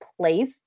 place